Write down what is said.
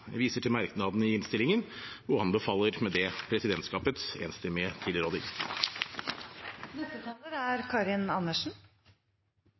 Jeg viser til merknadene i innstillingen og anbefaler med det presidentskapets enstemmige tilråding. Jeg skulle kanskje ikke være overrasket, men jeg må si at jeg er